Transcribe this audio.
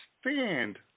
stand